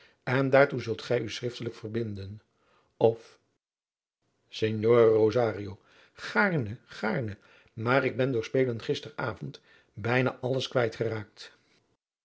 en daartoe zult gij u schriftelijk verbinden of signore rosario gaarne gaarne maar ik ben door spelen gister avond bijna alles